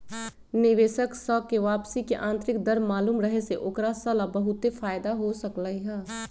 निवेशक स के वापसी के आंतरिक दर मालूम रहे से ओकरा स ला बहुते फाएदा हो सकलई ह